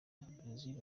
brazil